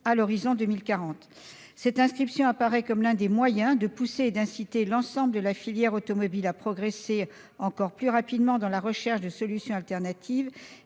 l'année 2040. Cette inscription apparaît comme l'un des moyens d'inciter l'ensemble de la filière automobile à progresser encore plus rapidement dans la recherche de solutions de